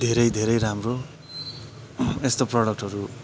धेरै धेरै राम्रो यस्तो प्रोडक्टहरू